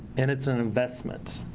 and it's an investment.